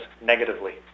negatively